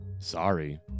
Sorry